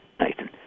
Nathan